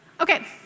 Okay